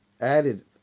added